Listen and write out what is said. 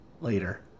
later